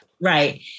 right